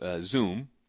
Zoom